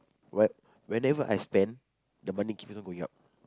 what whenever I spend the money keeps on going up